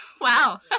wow